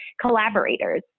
collaborators